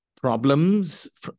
problems